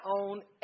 own